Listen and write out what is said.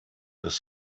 das